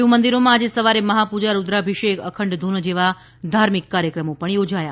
શિવમંદિરોમાં આજે સવારે મહાપૂજા રૂદ્રાભિષેક અખંડ ધૂન જેવા ધાર્મિક કાર્યક્રમો યોજાયા